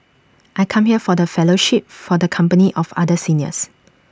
I come here for the fellowship for the company of other seniors